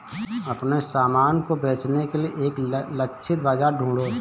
अपने सामान को बेचने के लिए एक लक्षित बाजार ढूंढो